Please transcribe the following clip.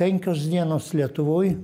penkios dienos lietuvoj